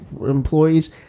employees